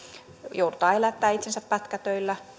joudutaan elättämään itsensä pätkätöillä